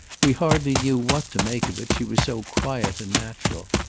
we hardly knew what to make of it, she was so quiet and natural.